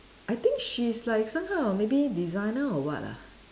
I think she's like some kind of maybe designer or what ah